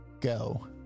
go